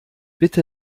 bitte